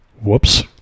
Whoops